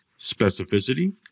specificity